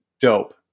dope